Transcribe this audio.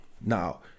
now